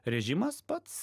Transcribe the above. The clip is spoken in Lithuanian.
režimas pats